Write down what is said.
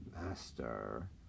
Master